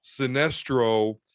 Sinestro